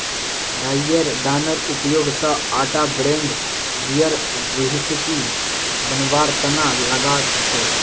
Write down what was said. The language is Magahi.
राईयेर दानार उपयोग स आटा ब्रेड बियर व्हिस्की बनवार तना लगा छेक